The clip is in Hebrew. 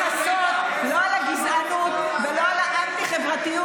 לכסות לא על הגזענות ולא על האנטי-חברתיות